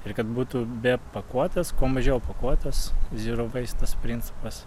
ir kad būtų be pakuotės kuo mažiau pakuotes ziro vaist tas principas